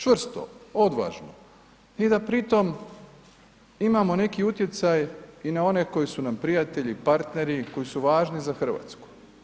Čvrsto, odvažno i da pri tom imamo neki utjecaj i na one koji su nam prijatelji, partneri, koji su važni za RH.